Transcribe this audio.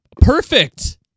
Perfect